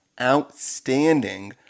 outstanding